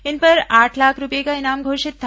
इन पर आठ लाख रूपये का इनाम घोषित था